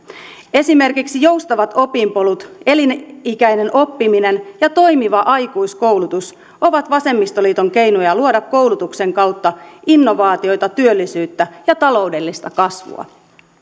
esimerkiksi joustavat opinpolut elinikäinen oppiminen ja toimiva aikuiskoulutus ovat vasemmistoliiton keinoja luoda koulutuksen kautta innovaatioita työllisyyttä ja taloudellista kasvua